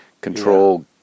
control